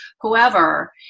whoever